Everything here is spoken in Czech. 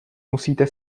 musíte